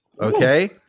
okay